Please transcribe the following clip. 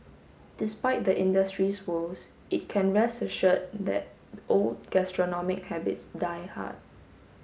despite the industry's woes it can rest assured that old gastronomic habits die hard